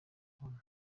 ubuntu